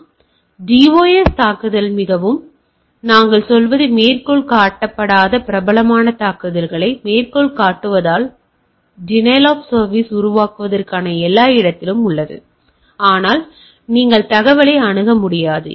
எனவே DOS தாக்குதல்கள் மிகவும் நாங்கள் சொல்வது மேற்கோள் காட்டப்படாத பிரபலமான தாக்குதலை மேற்கோள் காட்டுவதால் டினைல் ஆப் சர்வீஸ் உருவாக்குவதற்கு எல்லாம் இடத்தில் உள்ளது ஆனால் நீங்கள் தகவலை அணுக முடியாது